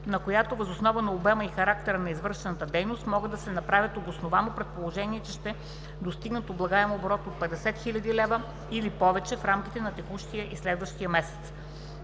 на която въз основа на обема и характера на извършваната дейност, могат да направят обосновано предположения, че ще достигнат облагаем оборот от 50 000 лв. или повече в рамките на текущия и следващия месец.